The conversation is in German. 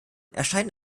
erscheinen